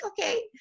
okay